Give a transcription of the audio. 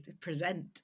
present